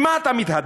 עם מה אתה מתהדר?